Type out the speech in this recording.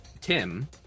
Tim